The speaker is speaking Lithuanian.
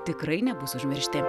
tikrai nebus užmiršti